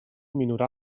minorar